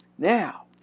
Now